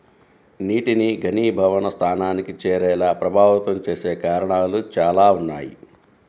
నీటిని ఘనీభవన స్థానానికి చేరేలా ప్రభావితం చేసే కారణాలు చాలా ఉన్నాయి